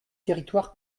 territoires